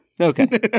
Okay